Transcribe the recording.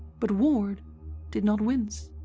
but ward did not wince.